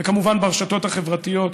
וכמובן ברשתות החברתיות,